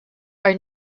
are